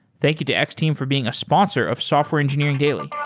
thank you to x-team for being a sponsor of software engineering daily